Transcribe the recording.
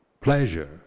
pleasure